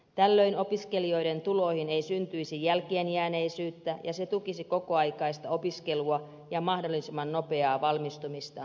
tällöin opiskelijoiden tuloihin ei syntyisi jälkeenjääneisyyttä ja se tukisi kokoaikaista opiskelua ja mahdollisimman nopeaa valmistumista työelämään